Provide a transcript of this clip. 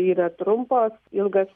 yra trumpos ilgas